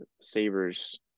Savers